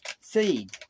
seed